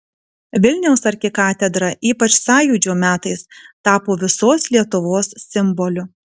vilniaus arkikatedra ypač sąjūdžio metais tapo visos lietuvos simboliu